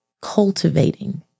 Cultivating